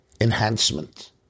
enhancement